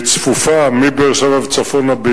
היא צפופה ביותר מבאר-שבע וצפונה.